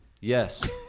Yes